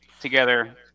together